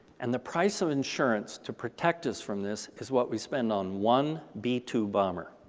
and the price of insurance to protect us from this is what we spend on one b two bomber.